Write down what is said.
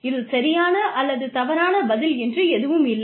இதில் சரியான அல்லது தவறான பதில் என்று எதுவும் இல்லை